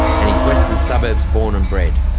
and he's western suburbs born and bred.